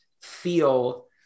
feel